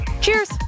Cheers